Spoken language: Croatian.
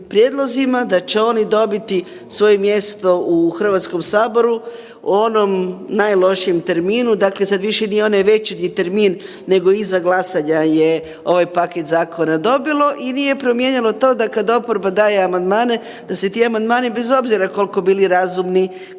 da će oni dobiti svoje mjesto u Hrvatskom saboru u onom najlošijem terminu, dakle sad više ni onaj večernji termin, nego iza glasanja je ovaj paket zakona dobilo i nije promijenilo to da kad oporba daje amandmane, da se ti amandmani bez obzira koliko bili razumni, koliko